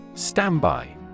Standby